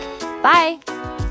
Bye